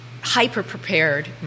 hyper-prepared